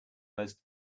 most